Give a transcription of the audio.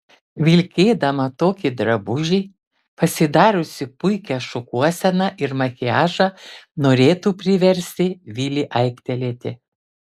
vilkėdama tokį drabužį pasidariusi puikią šukuoseną ir makiažą norėtų priversti vilį aiktelėti